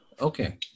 Okay